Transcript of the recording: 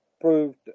proved